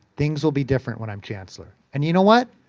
things will be different when i'm chancellor. and you know what?